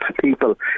people